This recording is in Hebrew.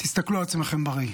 תסתכלו על עצמכם בראי.